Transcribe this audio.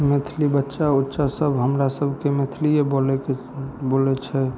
मैथिली बच्चा उच्चासब हमरा सबके मैथिलीये बोलीके बोलै छै